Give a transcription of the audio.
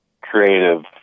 creative